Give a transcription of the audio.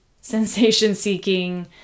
sensation-seeking